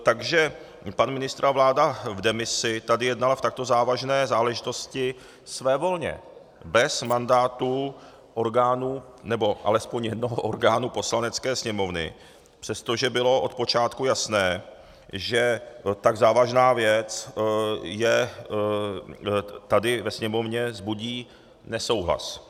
Takže pana ministra vláda v demisi tady jednala v takto závažné záležitosti svévolně, bez mandátu orgánů, nebo alespoň jednoho orgánu Poslanecké sněmovny, přestože bylo od počátku jasné, že tak závažná věc tady ve sněmovně vzbudí nesouhlas.